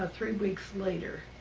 ah three weeks later.